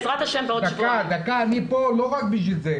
מסיבה כזו